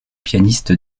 pianiste